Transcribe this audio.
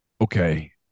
okay